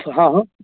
हँ हँ